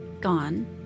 gone